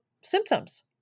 symptoms